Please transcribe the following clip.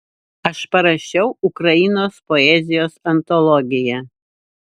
aš parašiau ukrainos poezijos antologiją